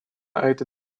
этой